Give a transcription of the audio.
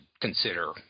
consider